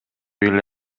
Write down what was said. эле